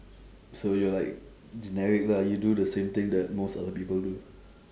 so you're like generic lah you do the same thing that most other people do